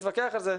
נתווכח על זה.